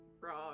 Frog